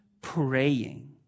praying